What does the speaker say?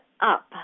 up